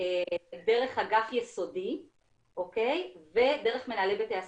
דרך אגף יסודי ודרך מנהלי בתי הספר.